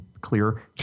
clear